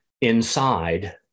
inside